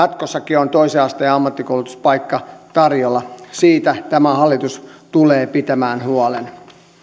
jatkossakin on toisen asteen ammattikoulutuspaikka tarjolla siitä tämä hallitus tulee pitämään huolen